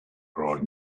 crawled